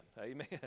Amen